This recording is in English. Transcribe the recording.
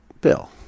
Bill